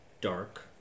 dark